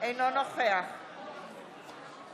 החוק נועד לממש ארבעה